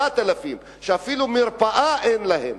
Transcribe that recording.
7,000 שאפילו מרפאה אין להם,